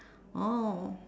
oh